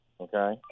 Okay